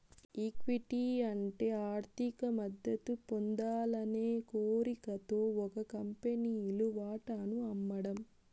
equity అంటే ఆర్థిక మద్దతు పొందాలనే కోరికతో ఒక కంపెనీలు వాటాను అమ్మడం